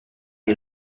che